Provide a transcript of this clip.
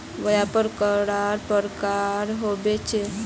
व्यापार कैडा प्रकारेर होबे चेक?